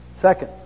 Second